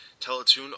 Teletoon